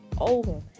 over